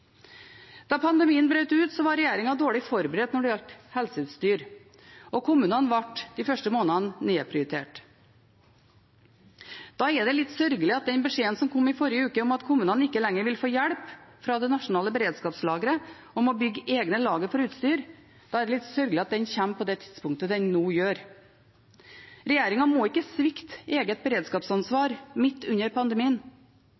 Da pandemien brøt ut, var regjeringen dårlig forberedt når det gjaldt helseutstyr, og kommunene ble de første månedene nedprioritert. Da er det litt sørgelig at den beskjeden som kom i forrige uke om at kommunene ikke lenger vil få hjelp fra det nasjonale beredskapslageret og må bygge egne lagre for utstyr, kommer på det tidspunktet den nå gjør. Regjeringen må ikke svikte eget